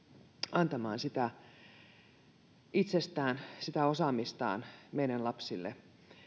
antamaan itsestään sitä osaamistaan meidän lapsillemme